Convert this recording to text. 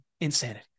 Insanity